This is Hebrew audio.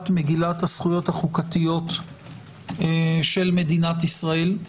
מגילת הזכויות החוקתיות של מדינת ישראל,